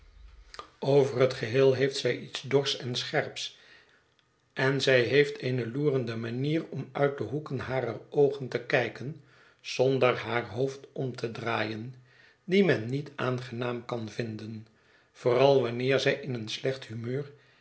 over het geheel heeft zij iets dors en scherps en zij heeft eene loerende manier om uit de hoeken harer oogen te kijken zonder haar hoofd om te draaien die men niet aangenaam kan vinden vooral wanneer zij in een slecht humeur